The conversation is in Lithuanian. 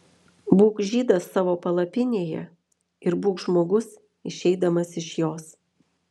būk žydas savo palapinėje ir būk žmogus išeidamas iš jos